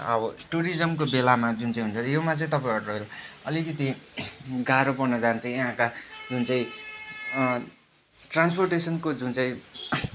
अब टुरिज्मको बेलामा जुन चाहिँ हुन्छ यसमा चाहिँ तपाईँहरू अलिकति गाह्रो पर्न जान्छ यहाँका जुन चाहिँ ट्रान्सपोर्टेसनको जुन चाहिँ